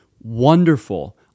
wonderful